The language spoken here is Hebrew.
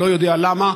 לא יודע למה,